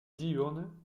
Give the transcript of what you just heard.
diurne